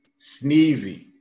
sneezy